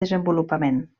desenvolupament